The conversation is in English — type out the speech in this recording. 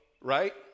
right